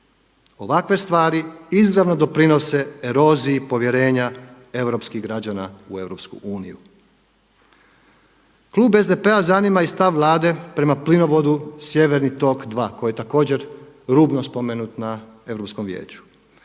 Ovakve stvari izravno doprinose eroziji povjerenja europskih građana u EU. Klub SDP-a zanima i stav Vlade prema plinovodu Sjeverni tok 2 koji je također rubno spomenut na Europskom vijeću.